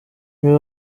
muri